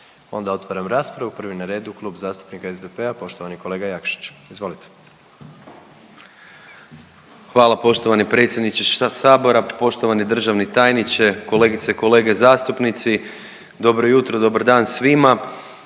onda otvaram raspravu. Prvi na redu Klub zastupnika SDP-a poštovani kolega Jakšić. Izvolite. **Jakšić, Mišel (SDP)** Hvala poštovani predsjedniče Sabora. Poštovani državni tajniče, kolegice i kolege zastupnici. Dobro jutro, dobar dan svima.